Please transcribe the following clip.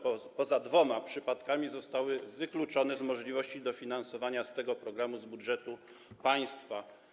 Poza dwoma przypadkami zostały wykluczone z możliwości dofinansowania z tego programu z budżetu państwa.